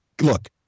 Look